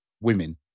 women